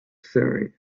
surrey